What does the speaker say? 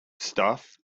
stuff